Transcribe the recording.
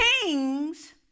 Kings